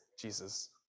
Jesus